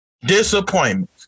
Disappointment